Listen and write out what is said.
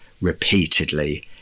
repeatedly